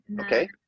Okay